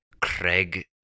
Craig